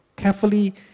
Carefully